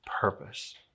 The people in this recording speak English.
purpose